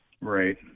Right